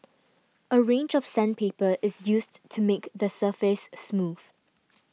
a range of sandpaper is used to make the surface smooth